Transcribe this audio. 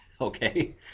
Okay